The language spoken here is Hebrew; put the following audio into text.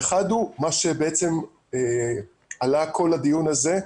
האחד הוא מה שעלה כל הדיון הזה,